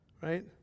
right